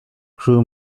crew